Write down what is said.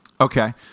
Okay